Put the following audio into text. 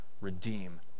redeem